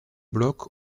bloc